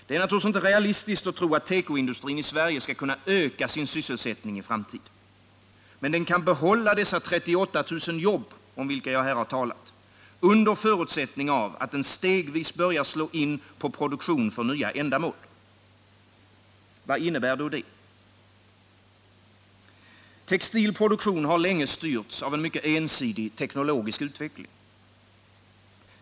Det är naturligtvis inte realistiskt att tro att tekoindustrin i Sverige skall kunna öka sin sysselsättning i framtiden. Men den kan behålla de 38 000 jobb om vilka jag här har talat, under förutsättning av att den stegvis börjar slå in på produktion för nya ändamål. Vad innebär då det? Textil produktion har länge styrts av en mycket ensidig teknologisk utveckling.